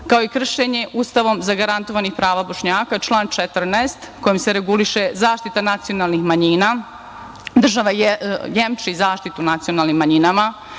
kao i kršenje Ustavom zagarantovanih prava Bošnjaka, član 14. kojim se reguliše zaštita nacionalnih manjina. Država jemči zaštitu nacionalnim manjinama. Takođe